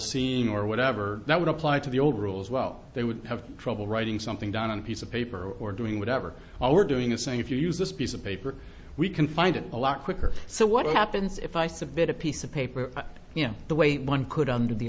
seeing or whatever that would apply to the old rules well they would have trouble writing something down on a piece of paper or doing whatever all we're doing is saying if you use this piece of paper we can find it a lot quicker so what happens if i submit a piece of paper you know the way one could under the